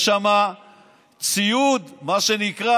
יש שם ציוד, מה שנקרא,